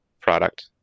product